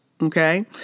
Okay